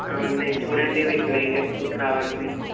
ఉన్నాయి చూడండి వీటిల్లో ఏ టెక్స్ట్ బుక్ కావాలో మీకు